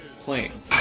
playing